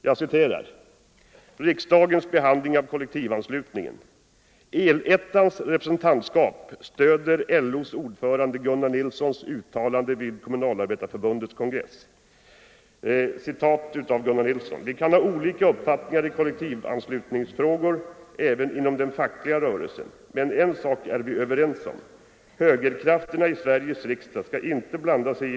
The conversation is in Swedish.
Under rubriken ”Riksdagens behandling av kollektivanslutningen” står det: ”El-ettans representantskap stöder LO:s ordförande Gunnar Nilssons uttalande vid Kommunalarbetareförbundets kongress.” — ”Vi kan ha olika uppfattningar i kollektivanslutningsfrågor även inom den fackliga rörelsen. Men en sak är vi överens om. Hö eller något annat.